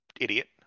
idiot